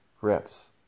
reps